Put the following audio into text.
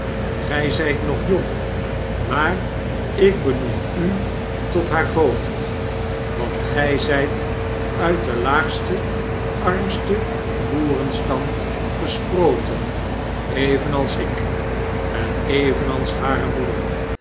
gij zijt nog jong maarik benoem u tot haar voogd want gij zij't uit den laagsten armsten boerenstand gesproten evenals ik en evenals hare moeder